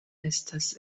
estas